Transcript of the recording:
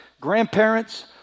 grandparents